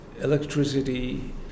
electricity